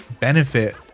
benefit